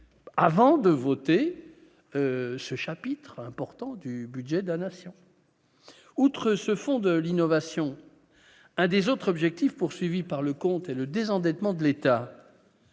avant de voter ce chapitre important du budget de la nation, outre ce fonds de l'innovation, un des autres objectifs poursuivis par le comté le désendettement de l'État